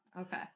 Okay